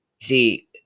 see